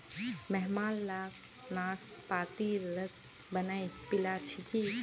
मेहमान लाक नाशपातीर रस बनइ पीला छिकि